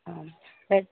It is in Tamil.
ஆ ரெட்